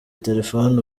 telephone